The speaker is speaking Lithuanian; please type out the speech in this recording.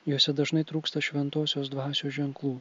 juose dažnai trūksta šventosios dvasios ženklų